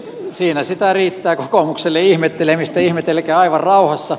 siinä sitä riittää kokoomukselle ihmettelemistä ihmetelkää aivan rauhassa